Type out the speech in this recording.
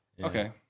Okay